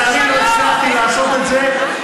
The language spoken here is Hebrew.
לצערי, לא הצלחתי לעשות את זה.